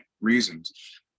reasons